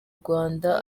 rwanda